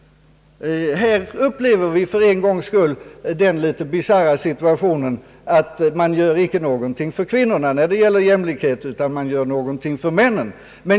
Här upplever vi för en gångs skull den litet bisarra situationen att man icke gör någonting för kvinnorna när det gäller jämlikhet, utan man gör något för männen.